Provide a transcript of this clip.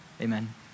amen